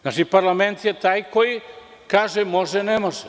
Znači, parlament je taj koji kaže da li može ili ne može.